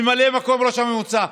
ממלא מקום ראש המועצה,